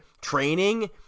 training